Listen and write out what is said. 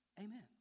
Amen